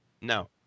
No